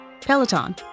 Peloton